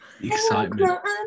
Excitement